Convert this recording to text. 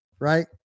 right